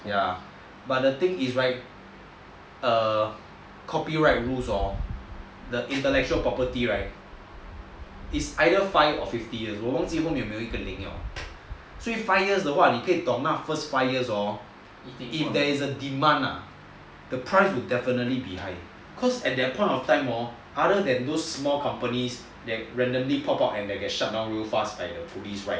ya but the thing is right copyright rules hor the intellectual property right is either five or fifteen years 所以 five years 的话你懂吗 first five years hor if there is a demand ah the price will definitely be higher cause at that point of time hor other than those small companies that shut down real fast right